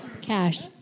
Cash